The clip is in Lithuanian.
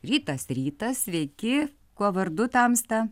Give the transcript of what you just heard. rytas rytas sveiki kuo vardu tamsta